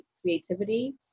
creativity